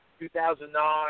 2009